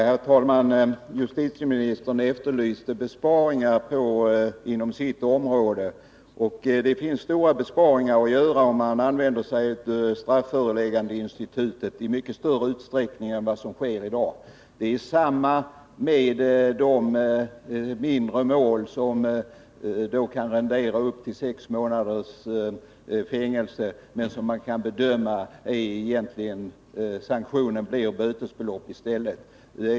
Herr talman! Justitieministern efterlyste besparingar inom sitt område. Det finns stora besparingar att göra om man använder sig av strafföreläggandeinstitutet i mycket större utsträckning än vad som sker i dag. Det förekommer mindre mål där brottet kan rendera upp till sex månaders fängelse men där man kan bedöma att sanktionen i stället blir böter.